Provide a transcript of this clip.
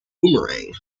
boomerang